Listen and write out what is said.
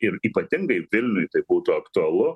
ir ypatingai vilniuj tai būtų aktualu